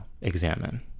examine